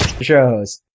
shows